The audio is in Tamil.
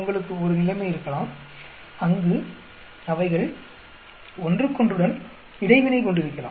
உங்களுக்கு ஒரு நிலைமை இருக்கலாம் அங்கு அவைகள் ஒன்றுகொன்றுடன் இடைவினை கொண்டிருக்கலாம்